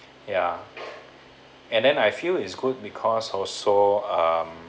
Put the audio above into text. ya and then I feel is good because also um